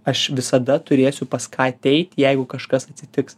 aš visada turėsiu pas ką ateit jeigu kažkas atsitiks